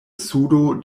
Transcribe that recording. sudo